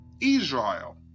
Israel